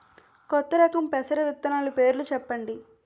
కొత్త రకం పెసర విత్తనాలు పేర్లు చెప్పండి?